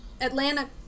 Atlanta